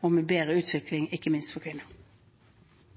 og med bedre utvikling, ikke minst for kvinner.